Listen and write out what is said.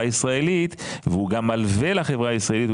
הישראלית והוא גם מלווה לחברה הישראלית,